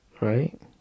Right